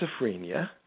schizophrenia